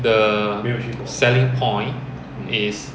the selling point is